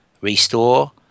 Restore